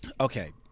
okay